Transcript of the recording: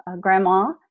grandma